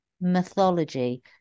mythology